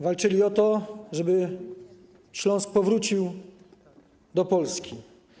Walczyli o to, żeby Śląsk powrócił do Polski.